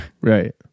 right